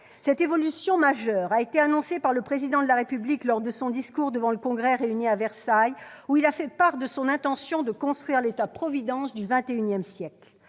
Cette évolution majeure a été annoncée par le Président de la République lors de son discours, devant le Congrès réuni à Versailles, où il a fait part de son intention de « construire l'État providence du XXI siècle